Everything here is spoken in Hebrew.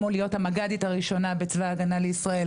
כמו להיות המג"דית הראשונה בצבא הגנה לישראל,